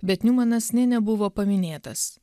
bet niumanas nė nebuvo paminėtas